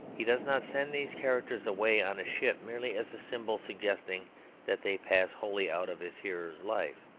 he does not send these characters away on a ship merely as a symbol suggesting that they pass wholly out of his hearer's life.